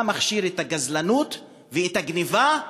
אתה מכשיר את הגזלנות ואת הגנבה,